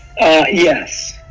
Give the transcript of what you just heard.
yes